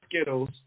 Skittles